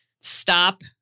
Stop